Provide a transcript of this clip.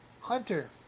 Hunter